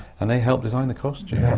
and they help design the costume,